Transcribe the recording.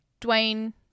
Dwayne